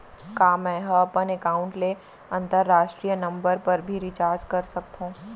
का मै ह अपन एकाउंट ले अंतरराष्ट्रीय नंबर पर भी रिचार्ज कर सकथो